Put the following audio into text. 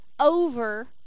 over